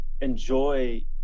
enjoy